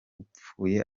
upfuye